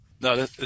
No